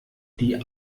die